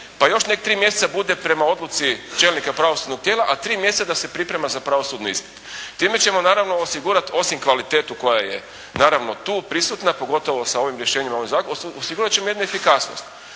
pa još nek 3 mjeseca bude prema odluci čelnika pravosudnog tijela, a 3 mjeseca da se priprema za pravosudni ispit. Time ćemo naravno osigurati osim kvalitetu koja je naravno tu prisutna pogotovo sa ovim rješenjem, ovim … /Govornik se